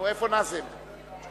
איפה נאזם?